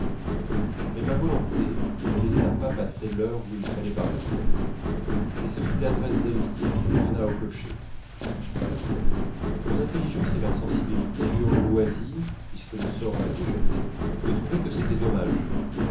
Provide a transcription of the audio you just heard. mais ma volonté ne laissa pas passer l'heure où il fallait partir et ce fut l'adresse d'elstir qu'elle donna au cocher mon intelligence et ma sensibilité eurent le loisir puisque le sort en était jeté de trouver que c'était dommage